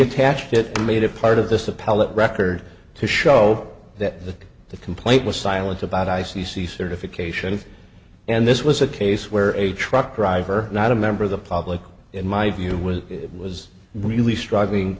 attached it made a part of this appellate record to show that the complaint was silent about i c c certification and this was a case where a truck driver not a member of the public in my view was was really struggling